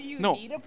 No